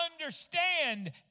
understand